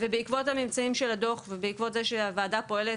בעקבות הממצאים של הדוח ובעקבות זה שהוועדה פועלת